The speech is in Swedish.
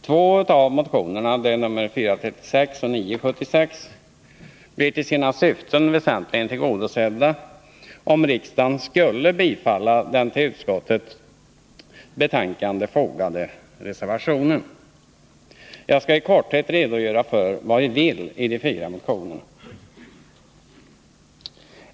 Två av motionerna, nr 436 och 976, blir till sina syften väsentligen tillgodosedda om riksdagen skulle bifalla den till utskottets betänkande fogade reservationen. Jag skalli korthet redogöra för vad vi vill i de fyra motionerna.